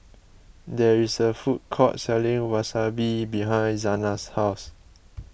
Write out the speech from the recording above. there is a food court selling Wasabi behind Zana's house